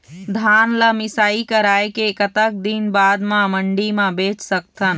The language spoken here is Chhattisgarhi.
धान ला मिसाई कराए के कतक दिन बाद मा मंडी मा बेच सकथन?